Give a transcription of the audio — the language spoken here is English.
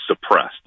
suppressed